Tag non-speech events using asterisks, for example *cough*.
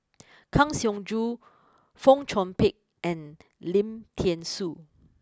*noise* Kang Siong Joo Fong Chong Pik and Lim Thean Soo